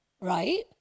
right